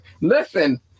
Listen